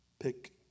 Pick